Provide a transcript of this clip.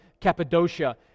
Cappadocia